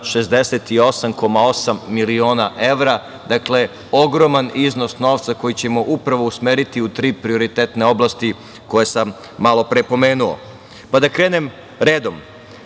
768,8 miliona evra. Dakle, ogroman iznos novca koji ćemo upravo usmeriti u tri prioritetne oblasti koje sam malopre pomenuo, pa da krenem redom. Prvi